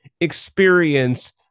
experience